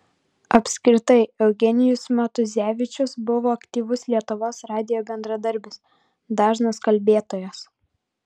apskritai eugenijus matuzevičius buvo aktyvus lietuvos radijo bendradarbis dažnas kalbėtojas